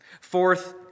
fourth